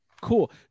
Cool